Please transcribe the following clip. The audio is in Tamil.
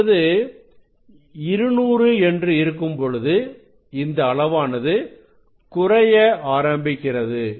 இப்பொழுது 200 என்று இருக்கும்பொழுது இந்த அளவானது குறைய ஆரம்பிக்கிறது